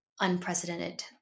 unprecedented